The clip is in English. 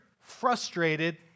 frustrated